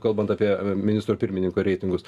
kalbant apie ministro pirmininko reitingus